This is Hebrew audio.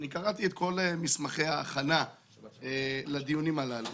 קראתי את כל מסמכי ההכנה לדיונים הללו